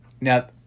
Now